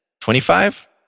twenty-five